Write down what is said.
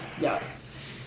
Yes